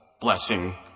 blessing